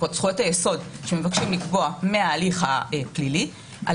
זכויות היסוד שמבקשים לקבוע מההליך הפלילי על